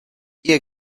ihr